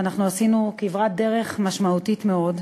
ואנחנו עשינו כברת דרך משמעותית מאוד: